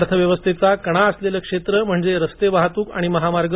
अर्थव्यवस्थेचा कणा असलेलं क्षेत्र म्हणजे रस्ते वाहतूक आणि महामार्ग